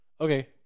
Okay